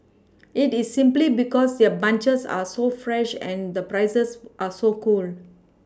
it is simply because their bunches are so fresh and the prices are so cool